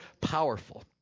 powerful